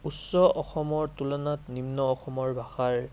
উচ্চ অসমৰ তুলনাত নিম্ন অসমৰ ভাষাৰ